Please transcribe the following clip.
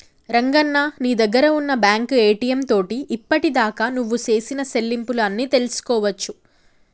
రంగన్న నీ దగ్గర ఉన్న బ్యాంకు ఏటీఎం తోటి ఇప్పటిదాకా నువ్వు సేసిన సెల్లింపులు అన్ని తెలుసుకోవచ్చు